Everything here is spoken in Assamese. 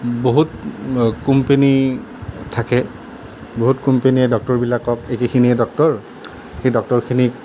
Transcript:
বহুত কোম্পেনী থাকে বহুত কোম্পেনীয়ে ডক্তৰবিলাকক একেখিনিয়ে ডক্তৰ সেই ডক্তৰখিনিক